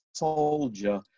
soldier